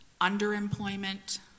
underemployment